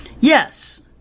Yes